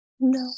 no